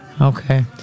Okay